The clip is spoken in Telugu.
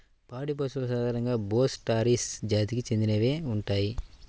పాడి పశువులు సాధారణంగా బోస్ టారస్ జాతికి చెందినవే ఉంటాయి